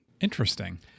interesting